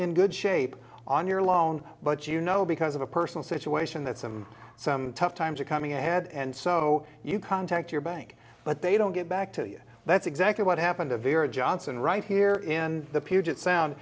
in good shape on your loan but you know because of a personal situation that some some tough times are coming ahead and so you contact your bank but they don't get back to you that's exactly what happened a very johnson right here in the puget sound